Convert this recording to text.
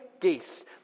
geese